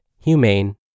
humane